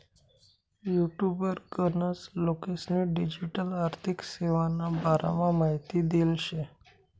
युटुबवर गनच लोकेस्नी डिजीटल आर्थिक सेवाना बारामा माहिती देल शे